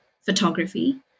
photography